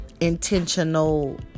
intentional